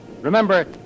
Remember